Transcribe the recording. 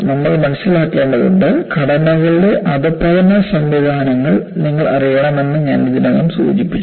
നമ്മൾ മനസിലാക്കേണ്ടതുണ്ട് ഘടനകളുടെ അധപതന സംവിധാനങ്ങൾ നിങ്ങൾ അറിയണമെന്ന് ഞാൻ ഇതിനകം സൂചിപ്പിച്ചു